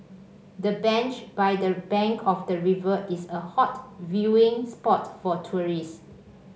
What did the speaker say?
the bench by the bank of the river is a hot viewing spot for tourists